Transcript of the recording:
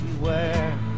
beware